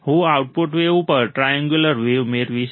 હું આઉટપુટ ઉપર triangular wave મેળવીશ